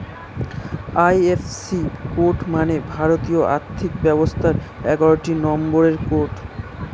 IFC code মানে ভারতীয় আর্থিক ব্যবস্থার এগারোটি নম্বরের কোড